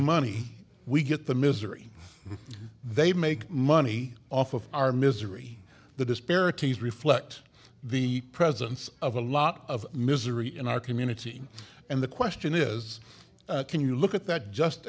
money we get the misery they make money off of our misery the disparities reflect the presence of a lot of misery in our community and the question is can you look at that just